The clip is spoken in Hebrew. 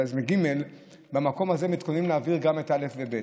על אלעזאזמה ג' למקום הזה מתכוננים להעביר גם את א' וב'.